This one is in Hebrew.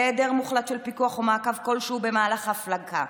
היעדר מוחלט של פיקוח ומעקב כלשהו במהלך הפלגה,